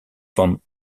von